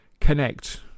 connect